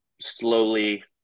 slowly